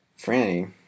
Franny